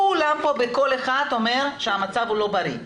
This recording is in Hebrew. כולם פה בקול אחד אומרים שהמצב לא בריא,